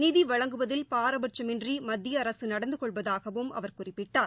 நிதிவழங்குவதில் பாரபட்சமின்றிமத்தியஅரசுநடந்தகொள்வதாகவும் அவர் குறிப்பிட்டார்